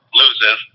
loses